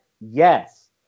Yes